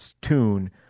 tune